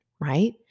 right